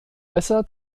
besser